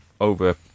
over